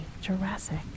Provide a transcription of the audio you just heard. Jurassic